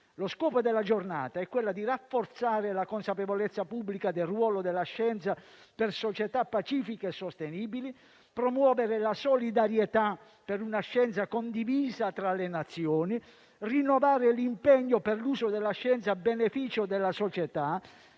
Lo scopo della giornata è quello di rafforzare la consapevolezza pubblica del ruolo della scienza per società pacifiche sostenibili, promuovere la solidarietà per una scienza condivisa tra le Nazioni, rinnovare l'impegno per l'uso della scienza a beneficio della società